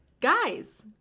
guys